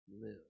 live